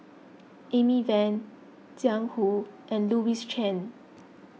Amy Van Jiang Hu and Louis Chen